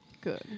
good